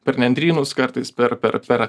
per nendrynus kartais per per per